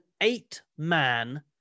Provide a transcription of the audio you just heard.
eight-man